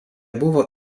buvo